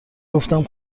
گفتم